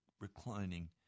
reclining